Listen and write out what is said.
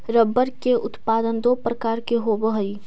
rubber के उत्पादन दो प्रकार से होवऽ हई